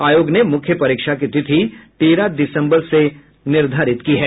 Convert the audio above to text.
आयोग ने मुख्य परीक्षा की तिथि तेरह दिसम्बर से निर्धारित की है